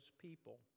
people